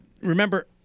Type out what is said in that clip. Remember